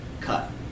Cut